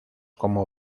como